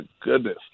goodness